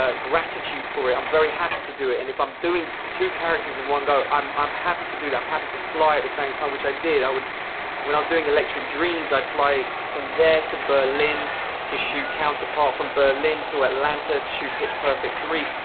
ah gratitude for it, i'm very happy to do it, and if i'm doing two characters in one go, i'm i'm happy to do that, i'm happy to fly at the same time, which i did, when i was doing electric dreams, i'd fly from there to berlin to shoot counterpart, from berlin to atlanta to shoot pitch perfect three.